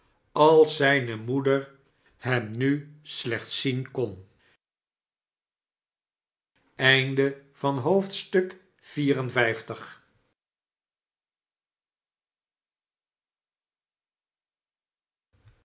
als zijne moeder hem nu slechts zien kon